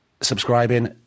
subscribing